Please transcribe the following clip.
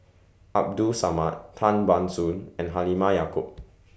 Abdul Samad Tan Ban Soon and Halimah Yacob